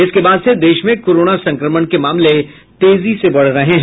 इसके बाद से देश में कोरोना संक्रमण के मामले तेजी से बढ रहे हैं